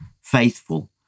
faithful